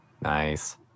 nice